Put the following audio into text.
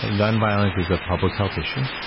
and gun violence is a public health issue.